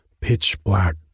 pitch-black